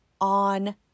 on